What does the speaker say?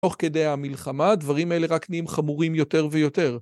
תוך כדי המלחמה, הדברים אלה רק נהיים חמורים יותר ויותר.